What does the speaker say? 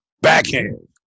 backhand